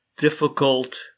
difficult